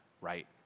right